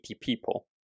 people